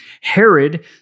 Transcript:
Herod